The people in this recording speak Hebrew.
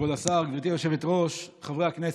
כבוד השר, גברתי היושבת-ראש, חברי הכנסת,